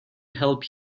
help